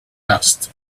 dust